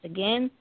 Again